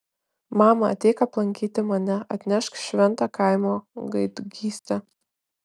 mama ateik aplankyti mane atnešk šventą kaimo gaidgystę